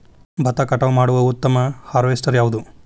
ಭತ್ತ ಕಟಾವು ಮಾಡುವ ಉತ್ತಮ ಹಾರ್ವೇಸ್ಟರ್ ಯಾವುದು?